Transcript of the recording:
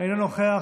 אינו נוכח.